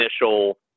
initial